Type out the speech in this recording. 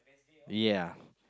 ya